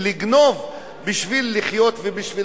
לא להידרדר לגנוב בשביל לחיות ובשביל